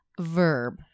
Verb